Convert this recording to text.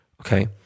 okay